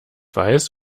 weiß